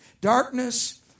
Darkness